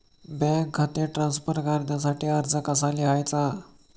Bank खाते transfer करण्यासाठी अर्ज कसा लिहायचा?